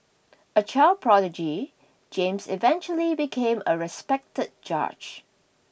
a child prodigy James eventually became a respected judge